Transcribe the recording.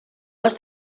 les